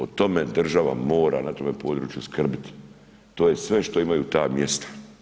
O tome država mora na tome području skrbiti, to je sve što imaju ta mjesta.